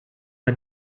una